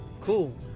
Cool